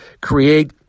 create